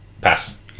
Pass